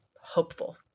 hopeful